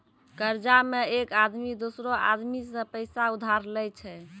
कर्जा मे एक आदमी दोसरो आदमी सं पैसा उधार लेय छै